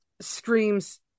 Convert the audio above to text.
Screams